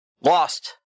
Lost